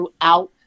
throughout